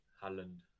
Holland